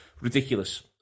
Ridiculous